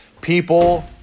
people